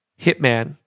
Hitman